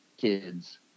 kids